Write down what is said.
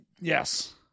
yes